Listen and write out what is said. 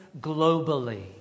globally